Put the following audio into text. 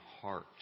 heart